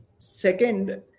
Second